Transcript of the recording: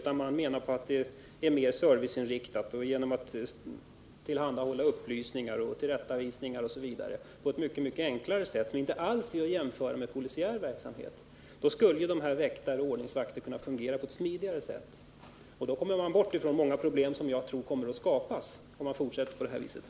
Man menar att väktaryrket bör vara mer serviceinriktat — väktaren skall tillhandahålla upplysningar, ge tillrättavisningar osv. — på ett sätt som inte är jämförbart med polisiär verksamhet. Då skulle väktare och ordningsvakter kunna fungera på ett smidigare sätt och vi skulle slippa många av de problem som jag tror kommer att skapas om vi fortsätter på den inslagna vägen.